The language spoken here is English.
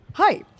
Hi